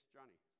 Johnny